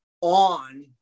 on